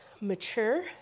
mature